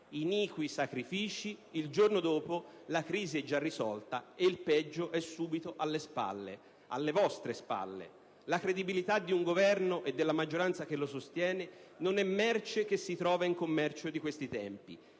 iniqui sacrifici. Il giorno dopo la crisi è già risolta e il peggio è subito alle spalle, alle vostre spalle. La credibilità di un Governo e della maggioranza che lo sostiene non è merce che si trova in commercio di questi tempi.